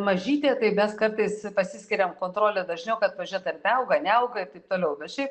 mažytė tai mes kartais pasiskiriam kontrolę dažniau kad pažiūrėt ar neauga neauga ir taip toliau bet šiaip